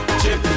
chip